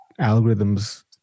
algorithms